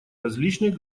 различных